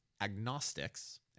agnostics